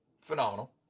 phenomenal